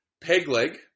Pegleg